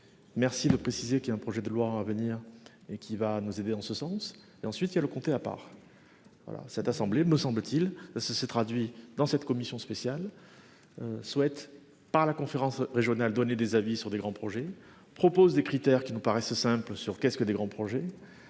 Merci de préciser qu'il a un projet de loi à venir et qui va nous aider en ce sens, et ensuite il y a le comté à part. Voilà cette assemblée, me semble-t-il, ça s'est traduit dans cette commission spéciale. Souhaite par la conférence régionale donner des avis sur des grands projets proposent des critères qui nous paraissent Simple sur qu'est-ce que des grands projets.